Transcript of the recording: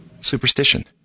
Superstition